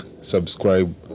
subscribe